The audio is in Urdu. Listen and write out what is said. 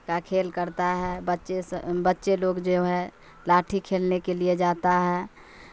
کا کھیل کرتا ہے بچے سے بچے لوگ جو ہے لاٹھی کھیلنے کے لیے جاتا ہے